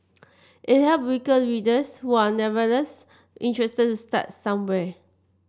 it helps weaker readers who are nevertheless interested to start somewhere